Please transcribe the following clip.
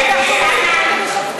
אל תגני עליהם.